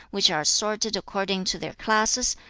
which are assorted according to their classes,